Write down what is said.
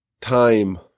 time